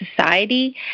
society